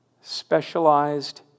specialized